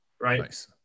right